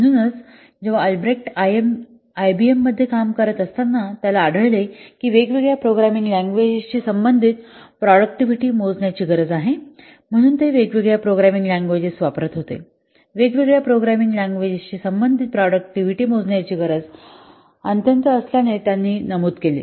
म्हणूनच जेव्हा अल्ब्रेक्ट आयबीएममध्ये काम करत असताना त्याला आढळले की वेगवेगळ्या प्रोग्रामिंग लँग्वेजेस ची संबंधित प्रॉडक्टिव्हिटी मोजण्याची गरज आहे म्हणून ते वेगवेगळ्या प्रोग्रामिंग लँग्वेजेस वापरत होते वेगवेगळ्या प्रोग्रामिंग लँग्वेजेसची संबंधित प्रॉडक्टिव्हिटी मोजण्याची अत्यंत गरज असल्याचे त्यांनी नमूद केले